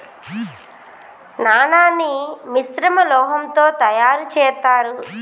నాణాన్ని మిశ్రమ లోహంతో తయారు చేత్తారు